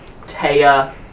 Taya